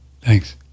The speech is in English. Thanks